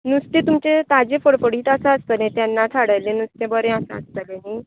नुस्तें तुमचें ताजें फडफडीत आसा आसतलें तेन्नाच हाडिल्लें नुस्तें बरें आसा आसतलें न्ही